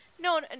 no